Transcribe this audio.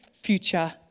future